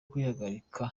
kuyihagarika